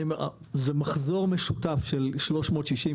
זה מחזור משותף של 360,